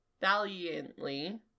valiantly